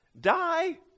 die